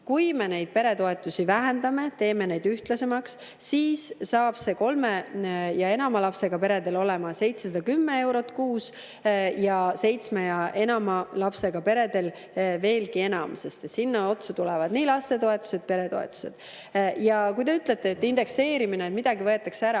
kui me neid peretoetusi vähendame, teeme neid ühtlasemaks, saab see kolme ja enama lapsega peredele olema 710 eurot kuus ja seitsme ja enama lapsega peredele veelgi enam, sest sinna otsa tulevad veel lapsetoetused, peretoetused. Kui te ütlete, et indekseerimine, midagi võetakse ära,